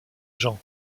jean